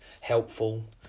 helpful